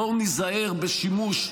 בואו ניזהר בשימוש,